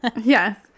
Yes